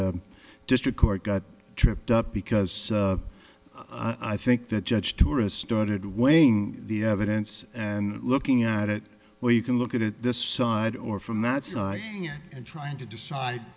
district court got tripped up because i think that judge tourists started weighing the evidence and looking at it well you can look at it this side or from that side and trying to decide